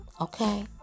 okay